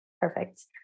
Perfect